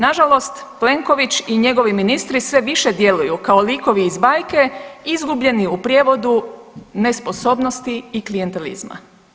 Nažalost Pleković i njegovi ministri sve više djeluju kao likovi iz banke izgubljeni u prijevodu nesposobnosti i klijentelizma.